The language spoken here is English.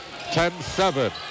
10-7